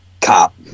cop